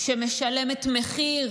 משלמת מחיר